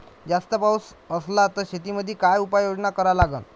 जास्त पाऊस असला त शेतीमंदी काय उपाययोजना करा लागन?